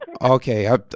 Okay